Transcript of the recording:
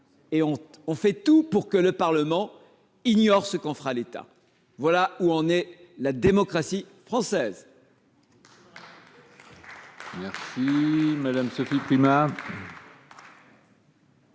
et tout est fait pour que le Parlement ignore ce qu'en fera l'État. Voilà où en est la démocratie française